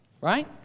Right